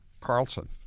Carlson